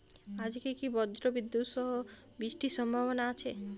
আজকে কি ব্রর্জবিদুৎ সহ বৃষ্টির সম্ভাবনা আছে?